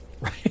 Right